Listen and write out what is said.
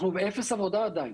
אנחנו באפס עבודה עדיין.